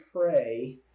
pray